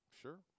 Sure